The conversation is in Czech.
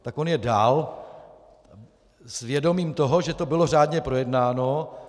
Tak on je dal s vědomím toho, že to bylo řádně projednáno.